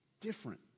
Different